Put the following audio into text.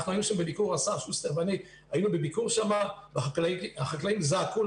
היינו בביקור שם, והחקלאים זעקו.